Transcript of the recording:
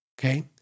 okay